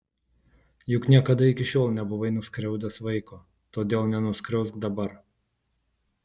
juk niekada iki šiol nebuvai nuskriaudęs vaiko todėl nenuskriausk dabar